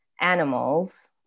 animals